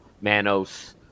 Manos